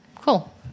cool